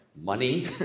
money